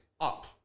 up